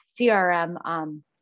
CRM